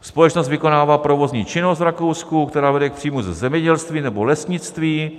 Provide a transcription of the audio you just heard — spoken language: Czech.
Společnost vykonává provozní činnost v Rakousku, která vede k příjmům ze zemědělství nebo lesnictví.